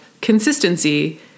consistency